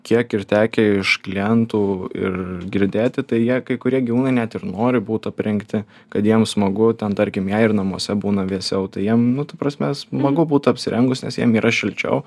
kiek ir tekę iš klientų ir girdėti tai jie kai kurie gyvūnai net ir nori būt aprengti kad jiem smagu ten tarkim jei ir namuose būna vėsiau tai jiem nu ta prasme smagu būt apsirengus nes jiem yra šilčiau